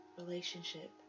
relationship